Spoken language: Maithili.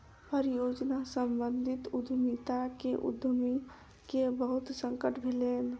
परियोजना सम्बंधित उद्यमिता में उद्यमी के बहुत संकट भेलैन